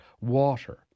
water